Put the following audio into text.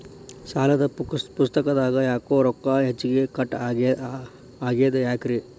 ಸಾಲದ ಪುಸ್ತಕದಾಗ ಯಾಕೊ ರೊಕ್ಕ ಹೆಚ್ಚಿಗಿ ಕಟ್ ಆಗೆದ ಯಾಕ್ರಿ?